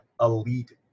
elite